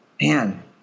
man